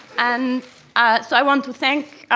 and so i want to thank,